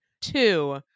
Two